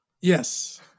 Yes